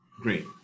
Great